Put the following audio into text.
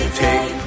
take